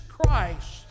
Christ